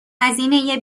هزینه